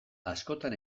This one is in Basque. askotan